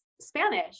Spanish